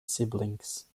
siblings